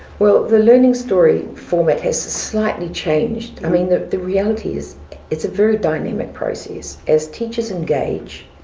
well, the learning story format has slightly changed. i mean the the reality, it's it's a very dynamic process, as teachers engage,